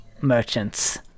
merchants